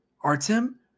Artem